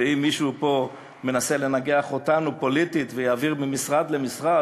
ואם מישהו פה מנסה לנגח אותנו פוליטית ויעביר ממשרד למשרד,